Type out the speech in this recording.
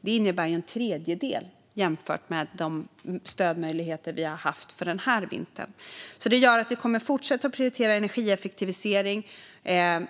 Det innebär en tredjedel jämfört med de stödmöjligheter vi haft för den här vintern. Det gör att vi kommer att fortsätta prioritera energieffektivisering.